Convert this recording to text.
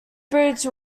bridge